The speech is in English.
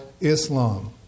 Islam